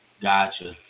gotcha